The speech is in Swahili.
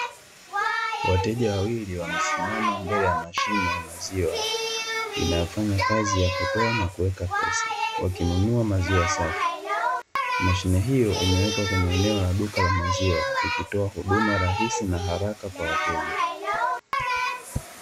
Wateja wawili wamesimama mbele ya mashine ya maziwa inayofanya kazi ya kutoa na kuweka pesa, wakinunua maziwa safi. Mashine hiyo imewekwa kwenye eneo la duka la maziwa ikitoa huduma rahisi na haraka kwa wateja.